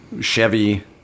Chevy